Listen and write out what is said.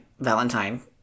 valentine